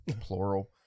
plural